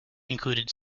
included